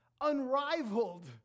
unrivaled